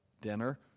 dinner